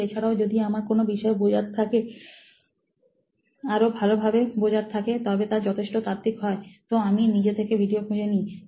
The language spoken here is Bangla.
কিন্তু এছাড়াও যদি আমার কোনো বিষয়ে বোঝার থাকে আরও ভালোভাবে বোঝার থাকে তবে তা যথেষ্ট তাত্বিক হয় তো আমি নিজে থেকে ভিডিও খুঁজে নিই